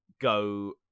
go